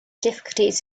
difficulties